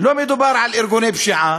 לא מדובר על ארגוני פשיעה,